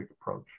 approach